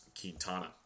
Quintana